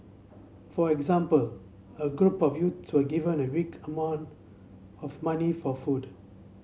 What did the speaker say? for example a group of youths were given a week amount of money for food